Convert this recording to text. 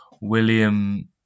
William